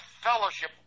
fellowship